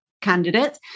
candidate